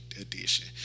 Edition